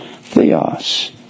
theos